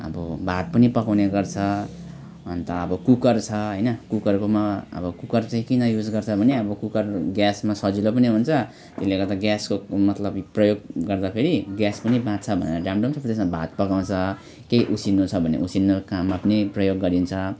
अब भात पनि पकाउने गर्छ अन्त अब कुकर छ होइन कुकरकोमा अब कुकर चाहिँ किन युज गर्छ भने अब कुकर ग्यासमा सजिलो पनि हुन्छ त्यसले गर्दा ग्यासको मतलब यो प्रयोग गर्दा फेरि ग्यास पनि बाँच्छ भनेर ड्याम डुम छोपेर चाहिँ भात पकाउँछ केही उसिन्नु छ भने उसिन्नु काममा पनि प्रयोग गरिन्छ